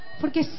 porque